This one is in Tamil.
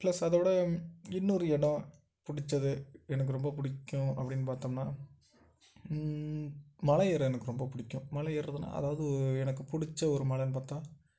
பிளஸ் அதைவிட இன்னொரு இடம் பிடிச்சது எனக்கு ரொம்ப பிடிக்கும் அப்படின்னு பார்த்தோம்னா மலையேற எனக்கு ரொம்ப பிடிக்கும் மலை ஏறுறதுன்னா அதாவது எனக்கு பிடிச்ச ஒரு மலைன்னு பார்த்தா